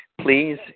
please